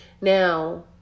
Now